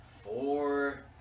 four